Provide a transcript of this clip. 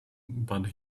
but